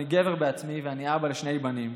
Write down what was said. אני גבר בעצמי ואני אבא לשני בנים,